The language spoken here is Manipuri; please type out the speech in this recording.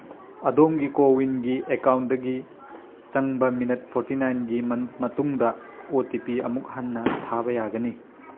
ꯑꯗꯣꯝꯒꯤ ꯀꯣꯋꯤꯟꯒꯤ ꯑꯦꯀꯥꯎꯟꯗꯒꯤ ꯆꯪꯕ ꯃꯤꯅꯠ ꯐꯣꯔꯇꯤ ꯅꯥꯏꯟꯒꯤ ꯃꯇꯨꯡꯗ ꯑꯣ ꯇꯤ ꯄꯤ ꯑꯃꯨꯛ ꯍꯟꯅ ꯊꯥꯕ ꯌꯥꯒꯅꯤ